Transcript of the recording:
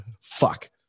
Fuck